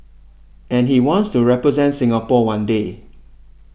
and he wants to represent Singapore one day